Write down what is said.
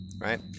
right